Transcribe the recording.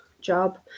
job